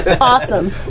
Awesome